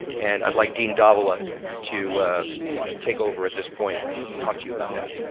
and i would like dean and ah to take over at this point and talk to you about that.